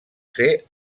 ser